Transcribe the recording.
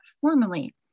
formally